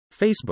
Facebook